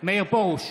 מאיר פרוש,